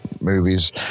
movies